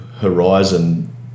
horizon